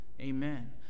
Amen